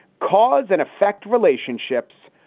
cause and effect, relationships,